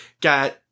got